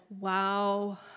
wow